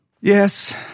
Yes